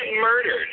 murdered